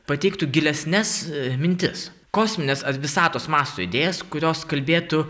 pateiktų gilesnes mintis kosmines ar visatos masto idėjas kurios kalbėtų